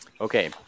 Okay